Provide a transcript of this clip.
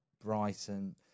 Brighton